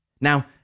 Now